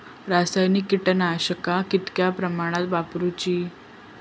रासायनिक कीटकनाशका कितक्या प्रमाणात वापरूची?